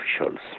officials